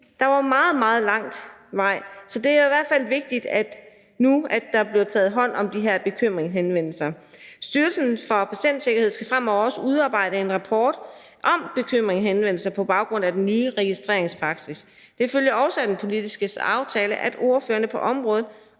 der var meget, meget lang vej. Så det er i hvert fald vigtigt nu, at der bliver taget hånd om de her bekymringshenvendelser. Styrelsen for Patientsikkerhed skal fremover også udarbejde en rapport om bekymringshenvendelser på baggrund af den nye registreringspraksis. Det følger også af den politiske aftale, at ordførerne på området